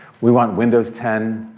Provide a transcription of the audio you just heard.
we want windows ten,